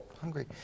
Hungry